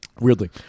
Weirdly